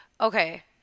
okay